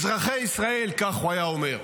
אזרחי ישראל, כך הוא היה אומר,